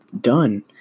done